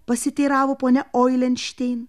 pasiteiravo ponia oilenštein